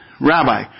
Rabbi